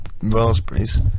raspberries